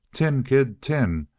tin, kid, tin.